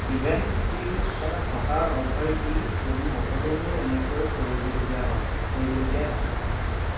events team এটা থকাৰ অৰ্থই কি যদি সকলোবোৰ এনেকৈ কৰিবলগীয়া হয় কৰিবলগীয়াই হয়